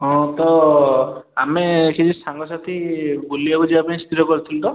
ହଁ ତ ଆମେ କିଛି ସାଙ୍ଗସାଥି ବୁଲିବାକୁ ଯିବା ପାଇଁ ସ୍ଥିର କରିଥିଲୁ ତ